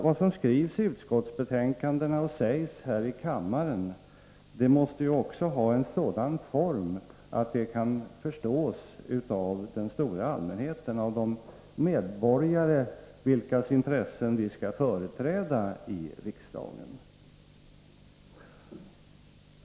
Vad som skrivs i utskottsbetänkandena och sägs lagen om kredithär i kammaren måste ju också ha en sådan form att det kan förstås av den stora allmänheten, av de medborgare vilkas intressen vi skall företräda i riksdagen.